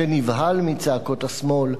שנבהל מצעקות השמאל,